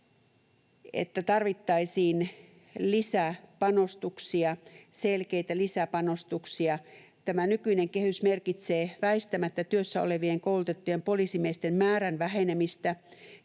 että tarvittaisiin selkeitä lisäpanostuksia. Tämä nykyinen kehys merkitsee väistämättä työssä olevien, koulutettujen poliisimiesten määrän vähenemistä,